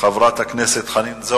אפשר לפנות: